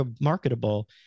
marketable